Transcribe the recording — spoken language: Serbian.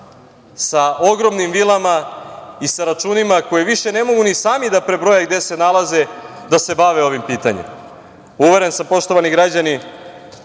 sa ogromnim vilama i sa računima koje više ne mogu ni sami da prebroje gde se nalaze, da se bave ovim pitanjem. Uveren sam, poštovani građani